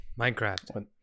Minecraft